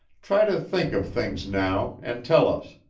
try to think of things now, and tell us.